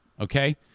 okay